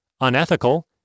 unethical